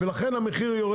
לכן המחיר יותר.